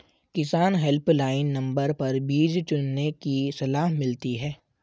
किसान helpline number पर बीज चुनने की सलाह मिलती है